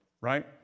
right